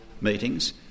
meetings